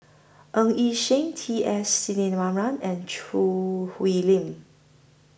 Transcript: Ng Yi Sheng T S Sinnathuray and Choo Hwee Lim